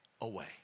away